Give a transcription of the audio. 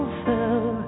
fell